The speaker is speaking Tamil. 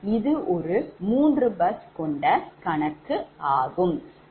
இது ஒரு மூன்று bus கொண்ட கணக்கு ஆக n3